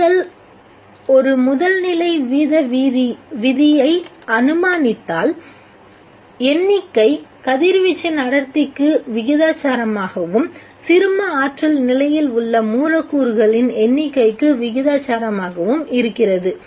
நீங்கள் ஒரு முதல் நிலை வீத விதியை அனுமானித்தால் எண்ணிக்கை கதிர்வீச்சின் அடர்த்திக்கு விகிதாசாரமாகவும் சிறும ஆற்றல் நிலையில் உள்ள மூலக்கூறுகளின் எண்ணிக்கைக்கு விகிதாசாரமாகவும் இருக்கிறது